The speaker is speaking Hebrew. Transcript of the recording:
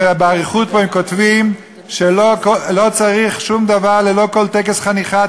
ובאריכות הם כותבים שלא צריך שום דבר כל טקס חניכה,